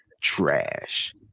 Trash